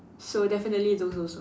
so definitely those also